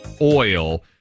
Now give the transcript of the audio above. oil